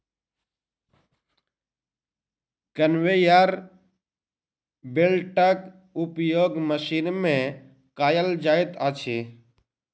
conveyor बेल्टक उपयोग machine मे कयल जाइत अछि